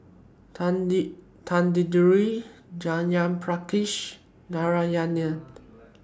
Tanguturi Jayaprakash Narayana